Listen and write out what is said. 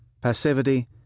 passivity